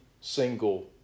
single